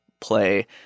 play